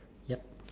yup